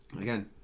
again